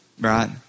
Right